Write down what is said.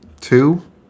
Two